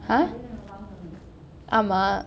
!huh! ஆமா:aamaa